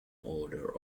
order